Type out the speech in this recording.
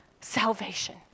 salvation